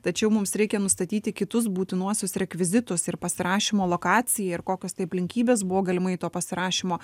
tačiau mums reikia nustatyti kitus būtinuosius rekvizitus ir pasirašymo lokaciją ir kokios tai aplinkybės buvo galimai to pasirašymo